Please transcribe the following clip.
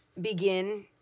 begin